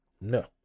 no